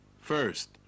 First